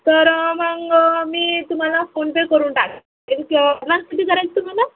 तर मग मी तुम्हाला फोनपे करून टाकते ॲडव्हान्स किती करायचे तुम्हाला